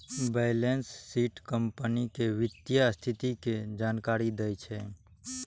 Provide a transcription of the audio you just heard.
balance sheet company के वित्तीय स्थिति के जानकारी दै छै